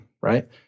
Right